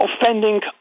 offending